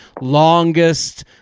longest